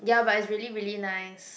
ya but it's really really nice